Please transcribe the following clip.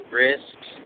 risks